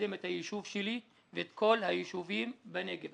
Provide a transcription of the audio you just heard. לקדם את היישוב שלי ואת כל היישובים בנגב,